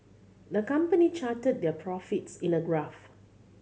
the company charted their profits in a graph